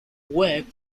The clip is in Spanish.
webb